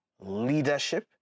leadership